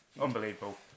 Unbelievable